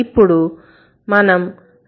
ఇప్పుడు మనం loudly అని జోడించాము